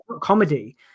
comedy